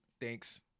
thanks